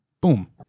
boom